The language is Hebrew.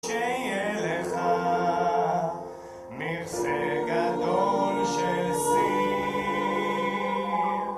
שיהיה לך מכסה גדול של סיר